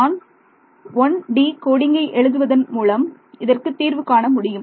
நான் 1D கோடிங்கை எழுதுவதன் மூலம் இதற்குத் தீர்வு காண முடியும்